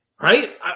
Right